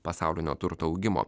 pasaulinio turto augimo